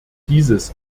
dieses